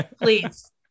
please